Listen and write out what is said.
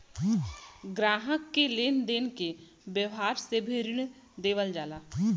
ग्राहक के लेन देन के व्यावहार से भी ऋण देवल जाला